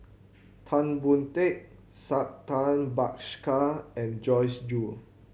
Tan Boon Teik Santha Bhaskar and Joyce Jue